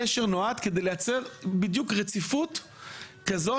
הגשר נועד כדי לייצר בדיוק רציפות כזאת,